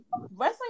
wrestling